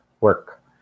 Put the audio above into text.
work